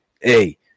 Hey